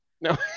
No